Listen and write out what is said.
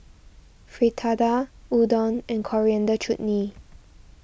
Fritada Udon and Coriander Chutney